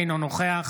אינו נוכח